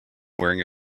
wearing